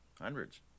Hundreds